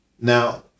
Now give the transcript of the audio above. now